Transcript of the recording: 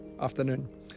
afternoon